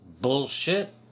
bullshit